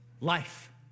Life